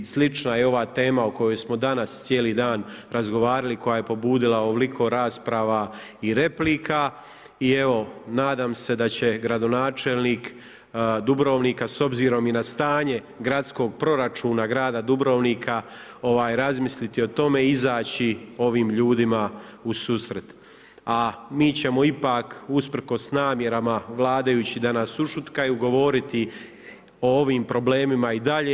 Slična je ova tema o kojoj smo danas cijeli dan razgovarali, koja je pobudila ovoliko rasprava i replika i evo, nadam se da će gradonačelnik Dubrovnika, s obzirom i na stanje gradskog proračuna grada Dubrovnika razmisliti o tome i izaći ovim ljudima u susret, a mi ćemo ipak usprkos namjerama vladajućih da nas ušutkaju govoriti o ovim problemima i dalje.